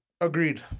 Agreed